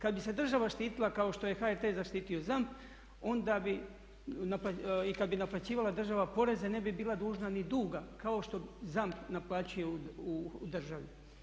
Kad bi se država štitila kao što je HRT zaštitio ZAMP onda bi i kada bi naplaćivala država poreze ne bi bila dužna ni duga kao što ZAMP naplaćuje u državi.